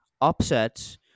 upsets